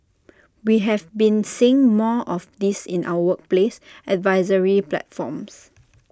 we have been seeing more of this in our workplace advisory platforms